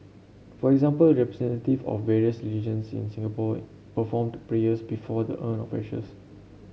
for example representative of various religions in Singapore performed prayers before the urn of ashes